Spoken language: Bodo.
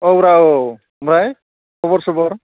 औ रा औ ओमफ्राय खबर सबर